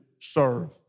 serve